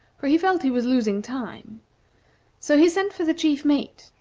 for he felt he was losing time so he sent for the chief mate,